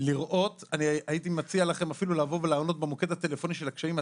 אני הייתי מציע לכם אפילו לבוא ולענות במוקד הטלפוני של הקשיים הטכניים,